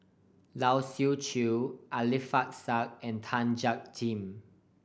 Lai Siu Chiu Alfian Sa'at and Tan Jiak Kim